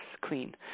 clean